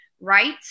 right